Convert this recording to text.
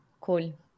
Cool